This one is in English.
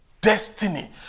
destiny